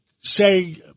say